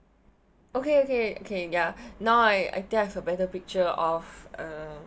okay okay okay ya now I I think I have a better picture of uh